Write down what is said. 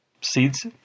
seeds